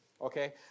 Okay